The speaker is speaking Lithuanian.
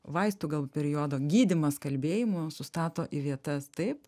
vaistų gal periodo gydymas kalbėjimu sustato į vietas taip